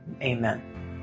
Amen